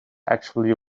actually